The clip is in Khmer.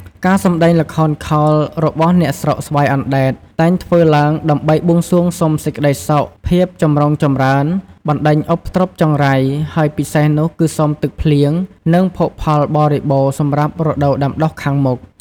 ការសម្ដែងល្ខោនខោលរបស់អ្នកស្រុកស្វាយអណ្ដែតតែងធ្វើឡើងដើម្បីបួងសួងសុំសេចក្ដីសុខ, ភាពចម្រុងចម្រើន, បណ្ដេញឧបទ្រពចង្រៃ ហើយពិសេសនោះគឺសុំទឹកភ្លៀង និងភោគផលបរិបូណ៌សម្រាប់រដូវដាំដុះខាងមុខ។